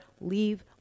leave